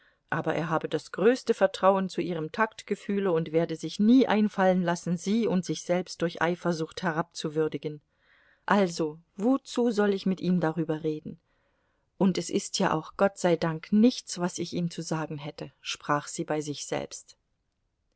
aber er habe das größte vertrauen zu ihrem taktgefühle und werde sich nie einfallen lassen sie und sich selbst durch eifersucht herabzuwürdigen also wozu soll ich mit ihm darüber reden und es ist ja auch gott sei dank nichts was ich ihm zu sagen hätte sprach sie bei sich selbst